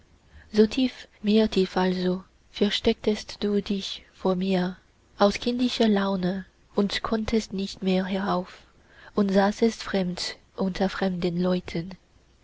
so tief meertief also verstecktest du dich vor mir aus kindischer laune und konntest nicht mehr herauf und saßest fremd unter fremden leuten